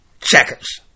checkers